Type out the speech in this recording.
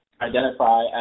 identify